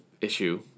issue